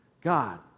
God